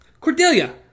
Cordelia